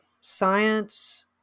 science